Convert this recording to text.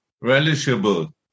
relishable